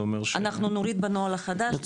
אנחנו נוריד בנוהל החדש לשבעה חודשים.